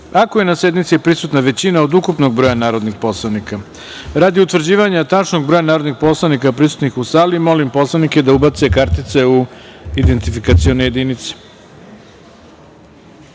ako je na sednici prisutna većina od ukupnog broja narodnih poslanika. Radi utvrđivanja tačnog broja narodnih poslanika prisutnih u sali, molim poslanike da ubace kartice u poslaničke